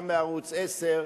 גם מערוץ-10,